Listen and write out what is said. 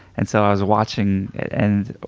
and so i was watching it. and